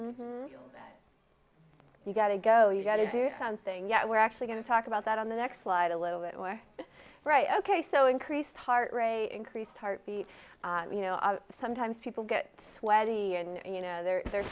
thing you gotta go you gotta do something yet we're actually going to talk about that on the next slide a little bit more right ok so increased heart rate increased heart beat you know sometimes people get sweaty and you know they're they're